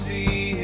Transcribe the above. See